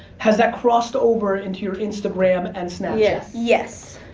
has that crossed over into your instagram and snapchat? yes. yes.